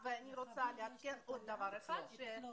ולכן אנחנו